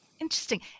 Interesting